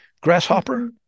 Grasshopper